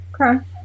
Okay